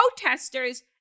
protesters